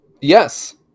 yes